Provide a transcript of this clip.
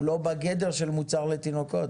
הוא לא בגדר של מוצר לתינוקות.